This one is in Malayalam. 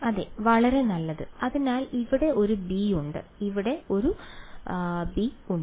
അതെ വളരെ നല്ലത് അതിനാൽ ഇവിടെ ഒരു ബി ഉണ്ട് ഇവിടെ ഒരു ബി ഉണ്ട്